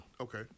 Okay